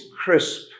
crisp